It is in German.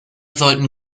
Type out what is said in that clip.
sollten